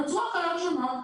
נוצרו הקלות שונות.